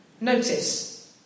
Notice